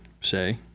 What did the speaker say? say